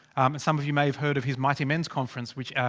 um and some of you may have heard of his mighty men's conference which.